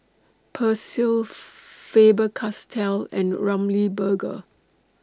Persil Faber Castell and Ramly Burger